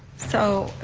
so,